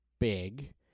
big